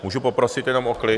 Můžu poprosit jenom o klid?